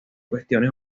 cuestiones